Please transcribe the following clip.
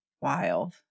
wild